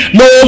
no